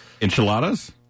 Enchiladas